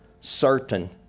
certain